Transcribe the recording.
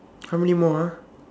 how many more ah